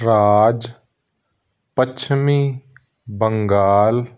ਰਾਜ ਪੱਛਮੀ ਬੰਗਾਲ